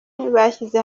bashyize